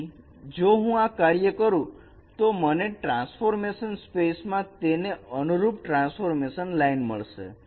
તેથી જો હું આ કાર્ય કરું તો મને ટ્રાન્સફોર્મેશન સ્પેસમાં તેને અનુરૂપ ટ્રાન્સફોર્મ લાઇન મળશે